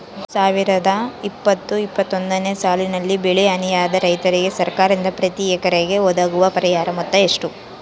ಎರಡು ಸಾವಿರದ ಇಪ್ಪತ್ತು ಇಪ್ಪತ್ತೊಂದನೆ ಸಾಲಿನಲ್ಲಿ ಬೆಳೆ ಹಾನಿಯಾದ ರೈತರಿಗೆ ಸರ್ಕಾರದಿಂದ ಪ್ರತಿ ಹೆಕ್ಟರ್ ಗೆ ಒದಗುವ ಪರಿಹಾರ ಮೊತ್ತ ಎಷ್ಟು?